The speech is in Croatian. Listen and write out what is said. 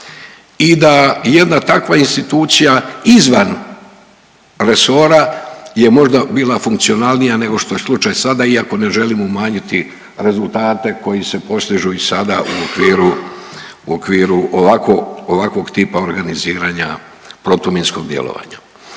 i da jedna takva institucija izvan resora je možda bila funkcionalnija nego što je slučaj sada iako ne želimo umanjiti rezultate koji se postižu i sada u okviru ovakvog tipa organiziranja protuminskog djelovanja.